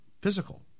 physical